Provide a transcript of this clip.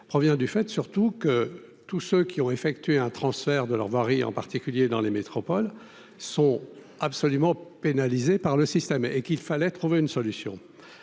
provient du fait surtout que tous ceux qui ont effectué un transfert de leur varie, en particulier dans les métropoles sont absolument pénalisée par le système et qu'il fallait trouver une solution,